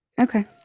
Okay